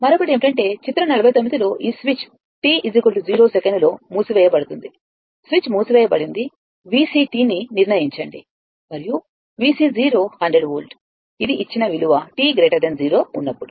మరొకటి ఏమిటంటే చిత్రం 49 లో ఈ స్విచ్ t 0 సెకనులో మూసివేయబడుతుంది స్విచ్ మూసివేయబడింది VC ని నిర్ణయించండి మరియు VC100 వోల్ట్ ఇది ఇచ్చిన విలువ t0 ఉన్నప్పుడు